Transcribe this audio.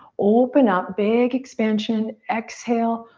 open up, big expansion. exhale,